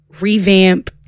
revamp